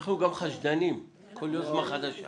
אנחנו גם חשדנים על כל יוזמה חדשה.